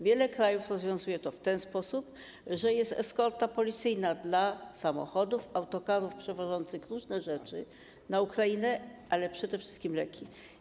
Wiele krajów rozwiązuje to w ten sposób, że zapewnia eskortę policyjną samochodów, autokarów przewożących różne rzeczy na Ukrainę, a przede wszystkim leki.